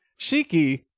Shiki